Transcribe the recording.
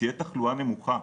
תהיה תחלואה נמוכה.